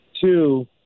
Two